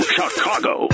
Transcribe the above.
Chicago